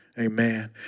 Amen